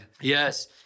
Yes